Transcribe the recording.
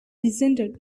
descended